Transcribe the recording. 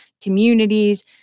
communities